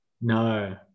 No